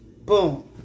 boom